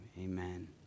Amen